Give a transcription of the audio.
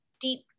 deep